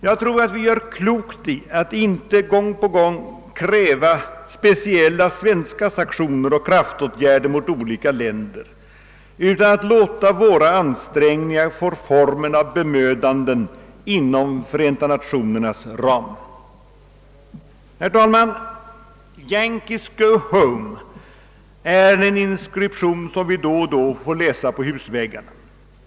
Jag tror att vi gör klokt i att inte gång på gång kräva speciella svenska sanktioner och kraftåtgärder mot olika länder, utan låta våra ansträngningar få formen av bemödanden inom Förenta nationernas ram. Herr talman! »Yankees go home», är en inskription som vi då och då får läsa på husväggarna.